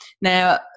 Now